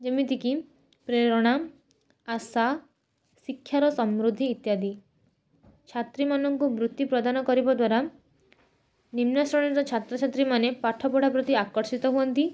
ଯେମିତି କି ପ୍ରେରଣା ଆଶା ଶିକ୍ଷାର ସମୃଦ୍ଧି ଇତ୍ୟାଦି ଛାତ୍ରୀ ମାନଙ୍କୁ ବୃତ୍ତି ପ୍ରଦାନ କରିବା ଦ୍ୱାରା ନିମ୍ନ ଶ୍ରେଣୀର ଛାତ୍ରଛାତ୍ରୀ ମାନେ ପାଠ ପଢ଼ିବା ପାଇଁ ଆକର୍ଷିତ ହେଇଥାନ୍ତି